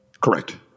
Correct